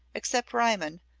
except riemann,